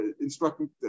instructing